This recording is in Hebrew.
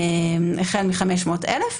החל מ-500,000,